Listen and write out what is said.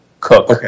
Cook